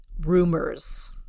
rumors